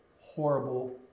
horrible